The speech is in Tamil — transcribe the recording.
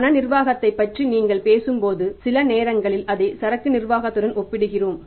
பண நிர்வாகத்தைப் பற்றி நீங்கள் பேசும்போது சில நேரங்களில் அதை சரக்கு நிர்வாகத்துடன் ஒப்பிடுகிறோம்